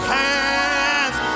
hands